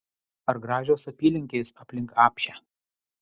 ar gražios apylinkės aplink apšę